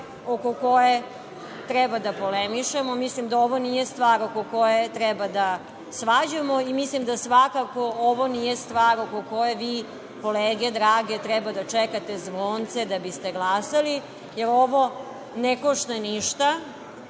oko koje treba da polemišemo. Mislim da ovo nije stvar oko koje treba da se svađamo. Mislim da svakako ovo nije stvar oko koje vi, kolege drage, treba da čekate zvonce da biste glasali, jer ovo ne košta ništa